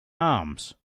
arms